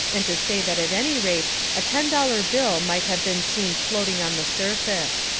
and to say that at any rate a ten-dollar bill might have been seen floating on the surface.